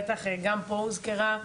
גם פה הוזכרה,